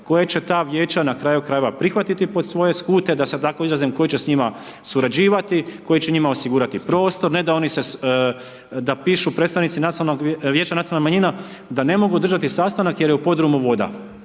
koje će ta vijeća na kraju krajeva prihvatiti pod svoje skute da se tako izrazim, koji će s njima surađivati, koji će njima osigurati prostor, ne da oni se, da pišu predstavnici nacionalnog, vijeća nacionalnih manjina da ne mogu održati sastanak jer je u podrumu voda.